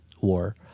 war